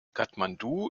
kathmandu